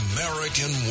American